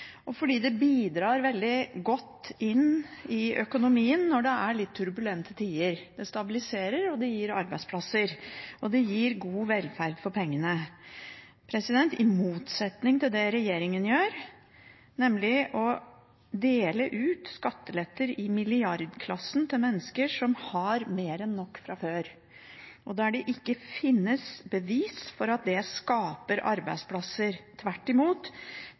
og fordi det bidrar veldig godt inn i økonomien når det er litt turbulente tider. Det stabiliserer, det gir arbeidsplasser, og det gir god velferd for pengene – i motsetning til det regjeringen gjør, nemlig å dele ut skatteletter i milliardklassen til mennesker som har mer enn nok fra før, sjøl om det ikke finnes bevis for at det skaper arbeidsplasser. Tvert imot